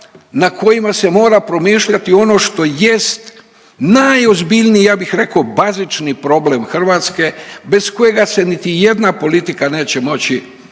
na kojima se mora promišljati ono što jest najozbiljnije ja bih rekao bazični problem Hrvatske bez kojega se niti jedna politika neće moći